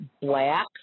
black